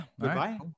Goodbye